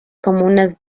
comunas